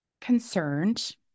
concerned